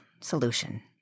Solution